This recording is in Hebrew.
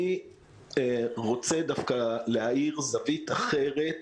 אני רוצה דווקא להאיר זווית אחרת